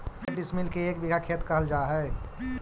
के डिसमिल के एक बिघा खेत कहल जा है?